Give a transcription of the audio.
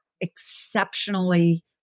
exceptionally